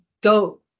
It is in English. go